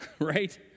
right